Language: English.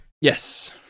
Yes